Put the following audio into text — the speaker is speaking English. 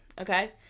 okay